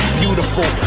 beautiful